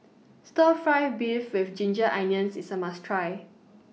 Stir Fry Beef with Ginger Onions IS A must Try